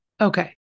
Okay